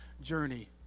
journey